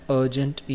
urgent